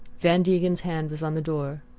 van degen's hand was on the door.